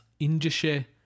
Indische